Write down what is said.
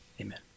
amen